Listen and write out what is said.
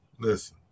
listen